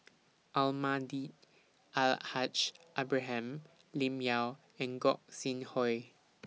Almahdi Al Haj Ibrahim Lim Yau and Gog Sing Hooi